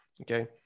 okay